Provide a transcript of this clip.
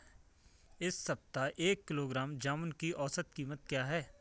इस सप्ताह एक किलोग्राम जामुन की औसत कीमत क्या है?